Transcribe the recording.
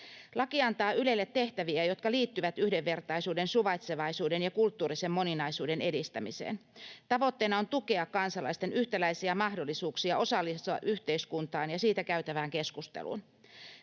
Laki antaa Ylelle tehtäviä, jotka liittyvät yhdenvertaisuuden, suvaitsevaisuuden ja kulttuurisen moninaisuuden edistämiseen. Tavoitteena on tukea kansalaisten yhtäläisiä mahdollisuuksia osallistua yhteiskuntaan ja siitä käytävään keskusteluun.